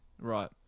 Right